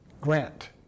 Grant